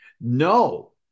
no